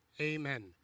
Amen